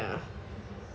ya